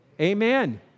Amen